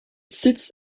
sits